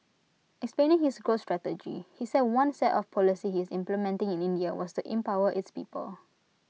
explaining his growth strategy he said one set of policy he is implementing in India was to empower its people